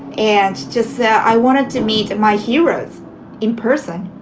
and to say i wanted to meet my heroes in person.